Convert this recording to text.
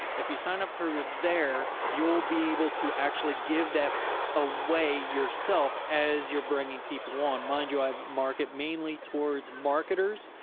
if you sign up through there, you'll be able to actually give that a way yourself, as you're bringing people on mind you, i market mainly towards marketers,